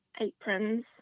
aprons